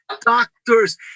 doctors